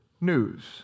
News